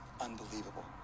unbelievable